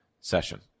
Session